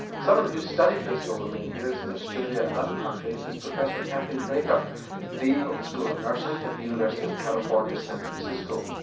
someone who's studied this over many years in australia and other countries is professor kathleen dracup, dean of the school of nursing at the university of california, san francisco.